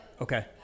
Okay